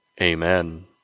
amen